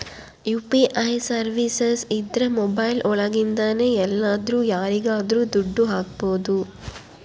UPI services ಇದ್ರ mobile ಒಳಗಿಂದನೆ ಎಲ್ಲಾದ್ರೂ ಯಾರಿಗಾದ್ರೂ ದುಡ್ಡು ಹಕ್ಬೋದು